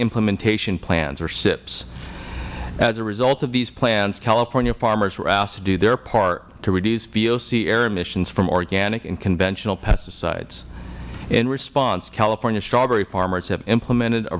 implementation plans or sips as a result of these plans california farmers were asked to do their part to reduce voc air emissions from organic and conventional pesticides in response california strawberry farmers have implemented a